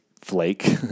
flake